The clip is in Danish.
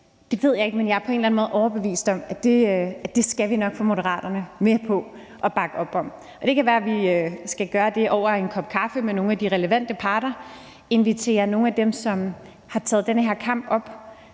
er på en eller anden måde overbevist om, at det skal vi nok få Moderaterne med på at bakke op om. Det kan være, at vi skal gøre det over en kop kaffe med nogle af de relevante parter og invitere nogle af dem, som har taget den her kamp op.